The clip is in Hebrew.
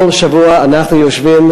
כל שבוע אנחנו יושבים,